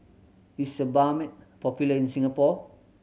is Sebamed popular in Singapore